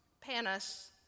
panis